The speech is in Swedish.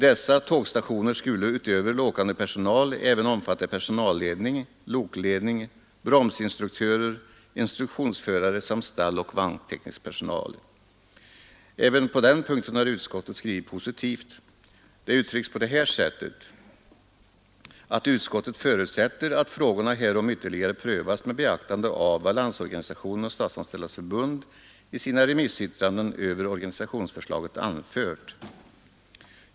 Dessa tågstationer skulle utöver åkande personal även omfatta personalledning, lokledning, bromsinstruktörer, instruktionsförare samt stalloch vagn Även på den punkten har utskottet skrivit positivt. Det sägs i betänkandet att utskottet förutsätter ”att frågorna härom ytterligare prövas med beaktande av vad Landsorganisationen och Statsanställdas förbund i sina resmissyttranden över organisationsförslaget anfört”.